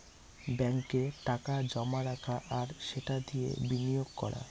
ব্যাঙ্কে টাকা জমা রাখা আর সেটা দিয়ে বিনিয়োগ করা